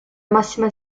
massima